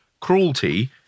cruelty